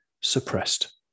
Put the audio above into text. suppressed